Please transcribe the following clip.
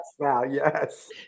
yes